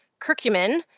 curcumin